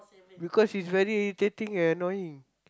because she's very irritating and annoying